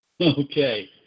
Okay